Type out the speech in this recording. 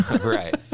Right